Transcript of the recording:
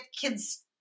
kids